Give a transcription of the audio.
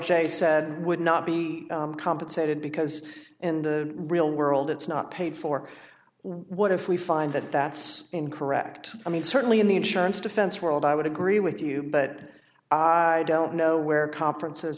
j said would not be compensated because in the real world it's not paid for what if we find that that's incorrect i mean certainly in the insurance defense world i would agree with you but i don't know where conferences